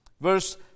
verse